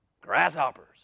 grasshoppers